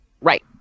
Right